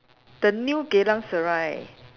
the new Geylang Serai